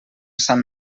sant